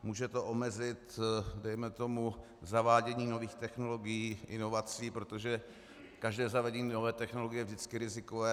Může to omezit, dejme tomu, zavádění nových technologií, inovací, protože každé zavedení nové technologie je vždycky rizikové.